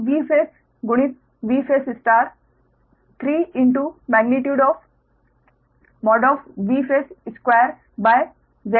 तो Vphase गुणित Vphase 3magnitude Vphase2ZL होगा